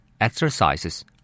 Exercises